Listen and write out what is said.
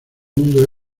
mundo